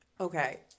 Okay